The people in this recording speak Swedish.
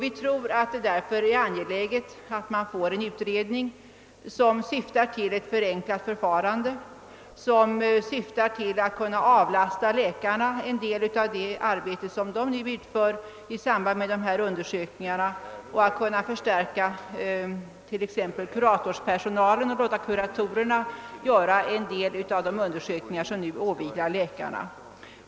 Vi tror därför att det är angeläget att man får en utredning som syftar till ett förenklat förfarande, så att man kan avlasta läkarna en del av det arbete, som de nu utför i samband med dessa undersökningar, och förstärka t.ex. kuratorspersonalen och låta kuratorerna göra en del av de undersökningar som nu åvilar läkarna.